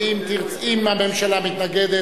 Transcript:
ואם הממשלה מתנגדת,